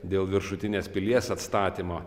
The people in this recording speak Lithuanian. dėl viršutinės pilies atstatymo